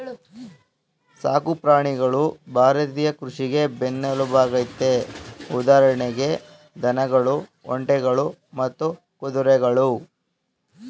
ಸಾಕು ಪ್ರಾಣಿಗಳು ಭಾರತೀಯ ಕೃಷಿಗೆ ಬೆನ್ನೆಲ್ಬಾಗಯ್ತೆ ಉದಾಹರಣೆಗೆ ದನಗಳು ಒಂಟೆಗಳು ಮತ್ತೆ ಕುದುರೆಗಳು